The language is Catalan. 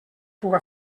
puga